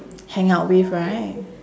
hang out with right